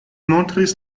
montris